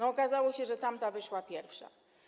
Okazało się, że tamta wyszła pierwsza.